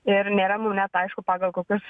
ir nėra mum net aišku pagal kokius